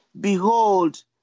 Behold